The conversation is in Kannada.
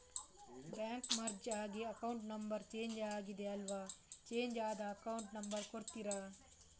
ಬ್ಯಾಂಕ್ ಮರ್ಜ್ ಆಗಿ ಅಕೌಂಟ್ ನಂಬರ್ ಚೇಂಜ್ ಆಗಿದೆ ಅಲ್ವಾ, ಚೇಂಜ್ ಆದ ಅಕೌಂಟ್ ನಂಬರ್ ಕೊಡ್ತೀರಾ?